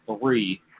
three